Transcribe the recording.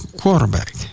quarterback